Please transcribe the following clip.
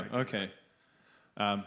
okay